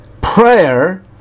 Prayer